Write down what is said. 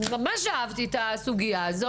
מאוד אהבתי את הרעיון,